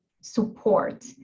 support